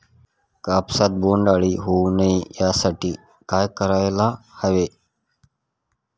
कापसात बोंडअळी होऊ नये यासाठी काय करायला हवे?